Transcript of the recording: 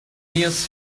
nearest